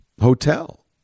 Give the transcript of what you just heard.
Hotel